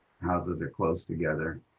houses are close together.